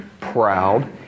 proud